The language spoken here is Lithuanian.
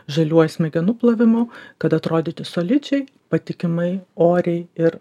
žaliuoju smegenų plovimu kad atrodyti solidžiai patikimai oriai ir